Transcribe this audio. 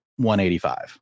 185